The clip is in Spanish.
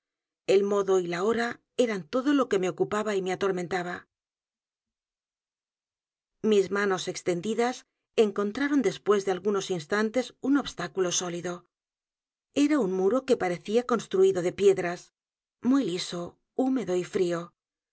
el modo y l a hora eran todo lo que me ocupaba y me atormentaba mis manos extendidas encontraron después de a l g u nos instantes u n obstáculo sólido era un muro que parecía construido con piedras muy liso húmedo y frío